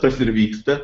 tas ir vyksta